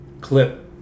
clip